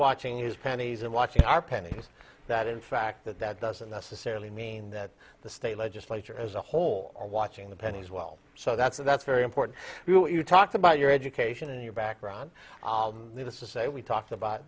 watching is pennies and watching our pennies that in fact that that doesn't necessarily mean that the state legislature as a whole are watching the pennies well so that's a that's very important you talk about your education and your background to say we talked about